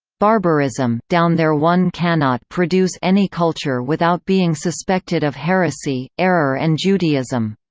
barbarism down there one cannot produce any culture without being suspected of heresy, error and judaism.